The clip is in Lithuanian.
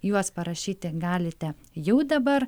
juos parašyti galite jau dabar